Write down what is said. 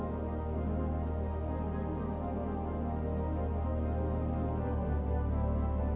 or